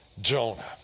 Jonah